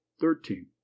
thirteen